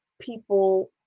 people